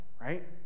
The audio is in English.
right